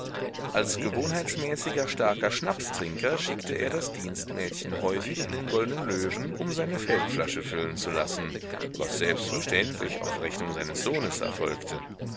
als gewohnheitsmäßiger starker schnapstrinker schickte er das dienstmädchen häufig in den goldnen löwen um seine feldflasche füllen zu lassen was selbstverständlich auf rechnung seines sohnes erfolgte